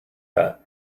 that